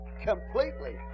completely